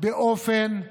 באופן מאוחד,